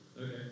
Okay